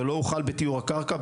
ולא הוחל בטיהור הקרקע.